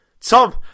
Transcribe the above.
Tom